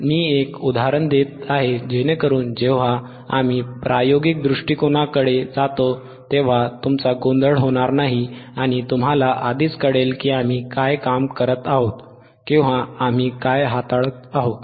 मी एक उदाहरण देत आहे जेणेकरुन जेव्हा आम्ही प्रायोगिक दृष्टिकोनाकडे जातो तेव्हा तुमचा गोंधळ होणार नाही आणि तुम्हाला आधीच कळेल की आम्ही काय काम करत आहोत किंवा आम्ही काय हाताळत आहोत